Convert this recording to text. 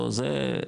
לא זה,